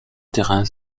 terrain